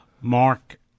Mark